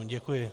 Děkuji.